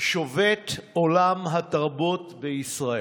שובת עולם התרבות בישראל.